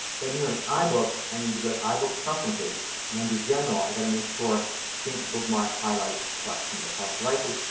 then here in ibooks i need to go to ibooks preferences and under general i've got to make sure sync bookmarks, highlights, and collections across devices,